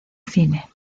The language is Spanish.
cine